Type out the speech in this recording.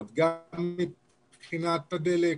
גם מבחינת צריכת הדלק,